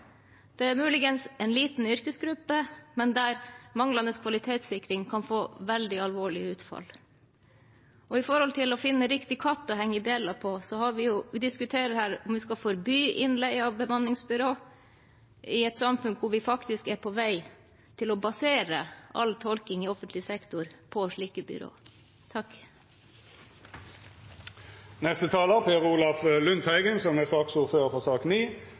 Det er muligens en liten yrkesgruppe, men en hvor manglende kvalitetssikring kan få veldig alvorlige utfall. Når det gjelder å finne riktig katt å henge bjella på, diskuterer vi her om vi skal forby innleie fra bemanningsbyrå – i et samfunn hvor vi faktisk er på vei til å basere all tolking i offentlig sektor på slike byråer.